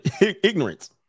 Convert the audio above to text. ignorance